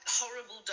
horrible